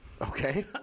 Okay